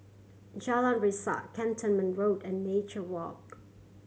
Jalan Resak Cantonment Road and Nature Walk